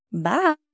Bye